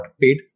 paid